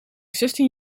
zestien